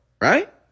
right